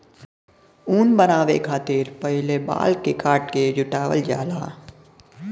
ऊन बनावे खतिर पहिले बाल के काट के जुटावल जाला